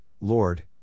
Lord